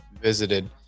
visited